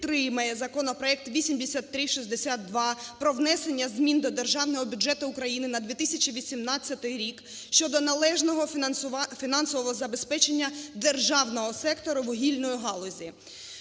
підтримає законопроект 8362 про внесення змін до Державного бюджету України на 2018 рік щодо належного фінансового забезпечення державного сектору вугільної галузі.